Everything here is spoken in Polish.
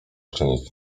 czynić